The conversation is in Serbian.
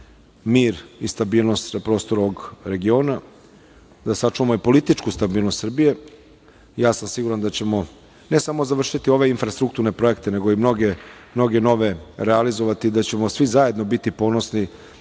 mir i stabilnost ovog regiona, da sačuvamo i političku stabilnost Srbije. Siguran sam da ćemo, ne samo završiti ove infrastrukturne projekte, nego i mnoge nove realizovati i da ćemo svi zajedno biti ponosni